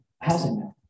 housing